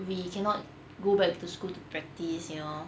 we cannot go back to school to practice you know